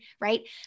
right